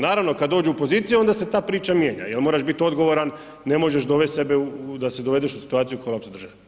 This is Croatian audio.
Naravno kada dođu u poziciju onda se ta priča mijenja jel moraš biti odgovoran, ne možeš dovesti sebe da se dovedeš u situaciju kolapsa države.